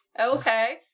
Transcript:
Okay